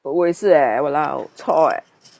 我也是 eh !walao! chor eh